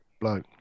bloke